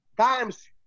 times